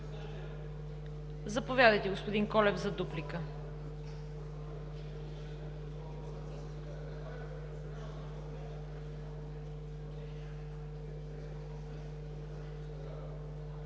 Заповядайте, господин Колев, за дуплика.